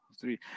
Three